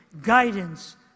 guidance